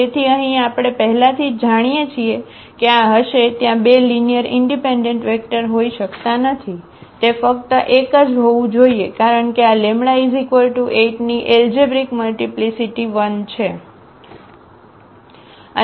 તેથી અહીં આપણે પહેલાથી જાણીએ છીએ કે આ હશે ત્યાં બે લીનીઅરઇનડિપેન્ડન્ટ વેક્ટર હોઈ શકતા નથી તે ફક્ત એક જ હોવું જોઈએ કારણ કે આ λ 8 ની એલજેબ્રિક મલ્ટીપ્લીસીટી 1 છે